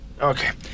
Okay